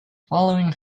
following